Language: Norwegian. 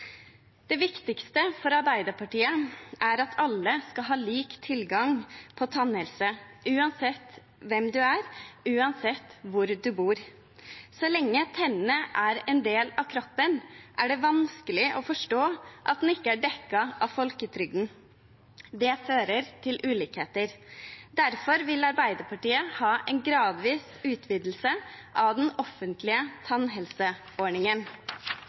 Det viktigste for Arbeiderpartiet er at alle skal ha lik tilgang til tannhelse, uansett hvem man er, og uansett hvor man bor. Så lenge tennene er en del av kroppen, er det vanskelig å forstå at den ikke er dekket av folketrygden. Det fører til ulikheter. Derfor vil Arbeiderpartiet ha en gradvis utvidelse av den offentlige tannhelseordningen.